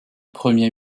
premier